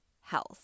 health